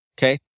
Okay